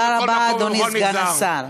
אדוני סגן השר,